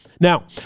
Now